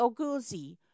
Oguzi